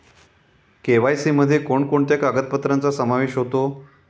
KYC मध्ये कोणकोणत्या कागदपत्रांचा समावेश होतो?